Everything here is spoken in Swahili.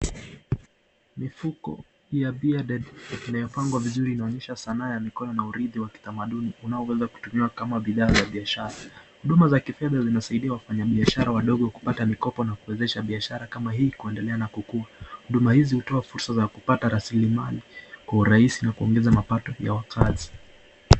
Mifuko ya beads iliyopangwa vizuri inaonyesha sanaa ya mikoni na uridhi wa kitamaduni, unonaoweza kutumiwa kama bidhaa ya biashara, huduma za kifedha zimesaidia wafanya biashara wadogo kupata mikopo na kuwezesha biashara kama hii kuendelea na kukuwa, huduma hizi hutoa fursa za kupata laslimali kwa urahisi na kuongeza mapato ya wakazi.